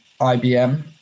IBM